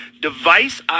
device